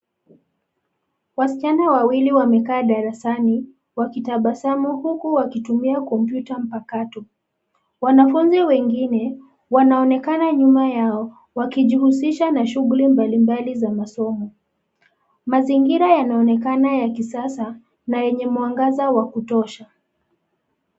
Wasichana wawili wamekaa darasani wakitabasamu, huku wakitumia kompyuta mpakato. Wanafunzi wengine wanaonekana nyuma yao, wakijishughulisha na masomo. Mazingira yanaonekana ya kisasa na yenye mwangaza wa kutosha.